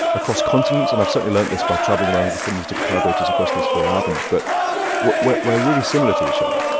across continents and i've certainly learnt this by traveling around recording these different collaborators across these four albums but we're we're really similar to each other.